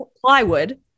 plywood